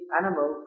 animal